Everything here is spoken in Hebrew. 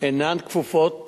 ואינן כפופות